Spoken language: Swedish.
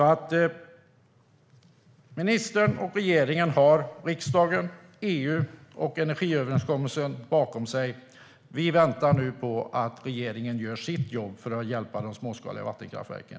Ministern och regeringen har riksdagen, EU och energiöverenskommelsen bakom sig. Vi väntar på att regeringen gör sitt jobb för att hjälpa de småskaliga vattenkraftverken.